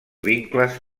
vincles